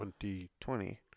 2020